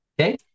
okay